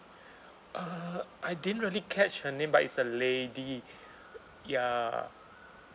uh I didn't really catch her name but it's a lady ya